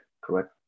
correct